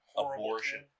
abortion